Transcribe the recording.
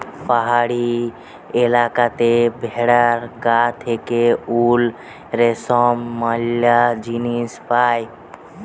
পাহাড়ি এলাকাতে ভেড়ার গা থেকে উল, রেশম ম্যালা জিনিস পায়